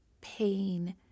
pain